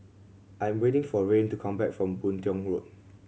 I'm waiting for Rayne to come back from Boon Tiong Road